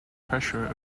pressure